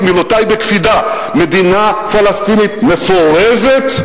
מילותי בקפידה: מדינה פלסטינית מפורזת,